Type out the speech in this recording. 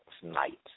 tonight